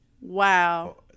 Wow